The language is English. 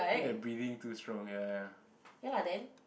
feel that breathing too strong ya ya ya